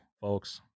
folks